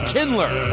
Kindler